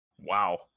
wow